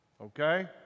Okay